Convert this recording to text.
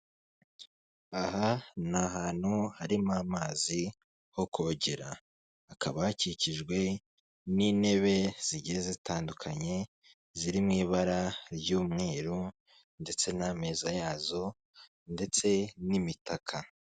Aha ni ahantu harimo amazi ho kogera hakaba hakikijwe n'intebe zigiye zitandukanye ziri mu ibara ry'umweru ndetse n'ameza yazo ndetse n'imitaka.